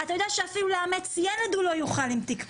אתה יודע שאפילו לאמץ ילד הוא לא יוכל עם תיק פלילי.